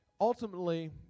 ultimately